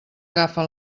agafa